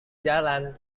jalan